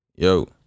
Yo